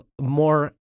more